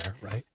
right